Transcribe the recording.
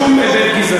אין פה שום היבט גזעני.